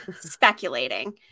speculating